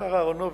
השר אהרונוביץ,